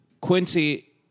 Quincy –